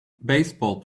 baseball